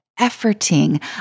efforting